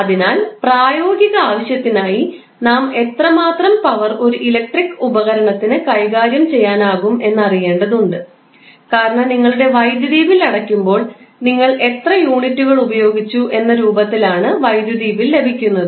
അതിനാൽ പ്രായോഗിക ആവശ്യത്തിനായി നാം എത്രമാത്രം പവർ ഒരു ഇലക്ട്രിക് ഉപകരണത്തിന് കൈകാര്യം ചെയ്യാനാകും എന്ന് അറിയേണ്ടതുണ്ട് കാരണം നിങ്ങളുടെ വൈദ്യുതി ബിൽ അടയ്ക്കുമ്പോൾ നിങ്ങൾ എത്ര യൂണിറ്റുകൾ ഉപയോഗിച്ചു എന്ന രൂപത്തിൽ ആണ് വൈദ്യുതി ബിൽ ലഭിക്കുന്നത്